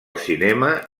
cinema